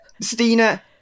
Stina